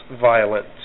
violent